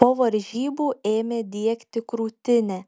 po varžybų ėmė diegti krūtinę